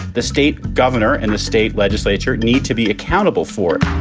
the state governor and the state legislature need to be accountable for